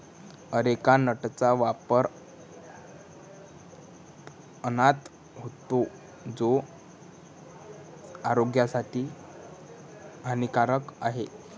areca नटचा वापर अन्नात होतो, तो आरोग्यासाठी हानिकारक आहे